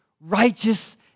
righteous